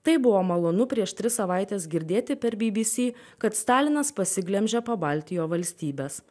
tai buvo malonu prieš tris savaites girdėti per bbc kad stalinas pasiglemžė pabaltijo valstybes